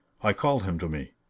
i called him to me.